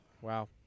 Wow